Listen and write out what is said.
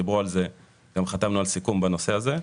דיברו על זה וגם חתמנו על סיכום בנושא הזה.